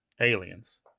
aliens